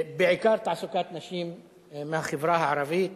בעיקר תעסוקת נשים מהחברה הערבית.